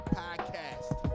podcast